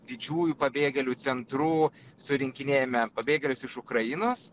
didžiųjų pabėgėlių centrų surinkinėjame pabėgėlius iš ukrainos